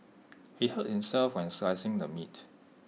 he hurt himself while slicing the meat